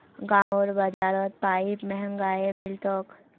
गांउर बाजारत पाईप महंगाये मिल तोक